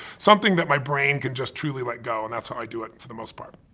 something that my brain can just truly let go, and that's how i do it for the most part.